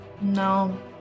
no